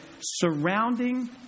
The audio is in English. surrounding